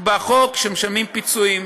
נקבע חוק שמשלמים פיצויים.